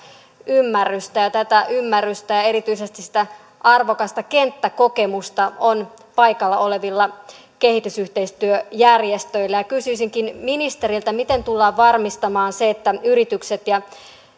ymmärrystä ja tätä ymmärrystä ja erityisesti sitä arvokasta kenttäkokemusta on paikalla olevilla kehitysyhteistyöjärjestöillä kysyisinkin ministeriltä miten tullaan varmistamaan se että yritykset ja